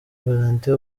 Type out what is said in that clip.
valentin